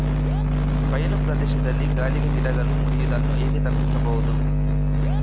ಬಯಲು ಪ್ರದೇಶದಲ್ಲಿ ಗಾಳಿಗೆ ಗಿಡಗಳು ಮುರಿಯುದನ್ನು ಹೇಗೆ ತಪ್ಪಿಸಬಹುದು?